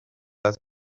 date